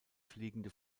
fliegende